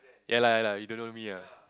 ya lah ya lah you don't know me ah